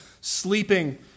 sleeping